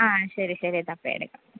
ആ ശരി ശരി തപ്പി എടുക്കാം